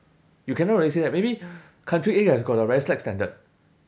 you cannot really say that maybe country A has got a very slack standard